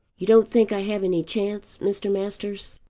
you don't think i have any chance, mr. masters?